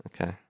Okay